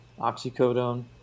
oxycodone